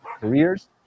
careers